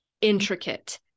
intricate